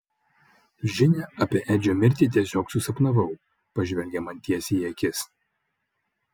žinią apie edžio mirtį tiesiog susapnavau pažvelgia man tiesiai į akis